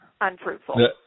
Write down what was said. unfruitful